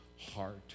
heart